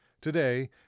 Today